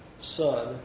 Son